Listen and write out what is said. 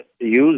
use